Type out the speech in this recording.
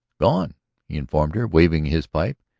gone, he informed her, waving his pipe.